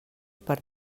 per